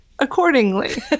Accordingly